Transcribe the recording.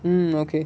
mmhmm okay